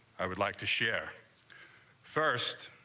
i would like to share first,